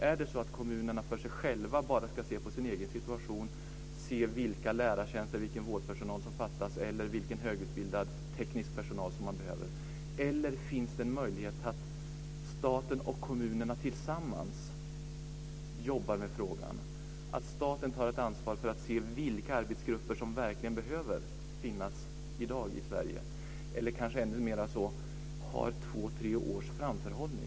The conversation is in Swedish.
Är det så att kommunerna för sig själva bara ska se på sin egen situation, se vilka lärartjänster och vilken vårdpersonal som fattas eller vilken högutbildad teknisk personal som man behöver? Eller finns det en möjlighet att staten och kommunerna tillsammans jobbar med frågan, att staten tar ett ansvar för att se vilka yrkesgrupper som verkligen behöver finnas i dag i Sverige och kanske också har två tre års framförhållning?